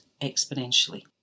exponentially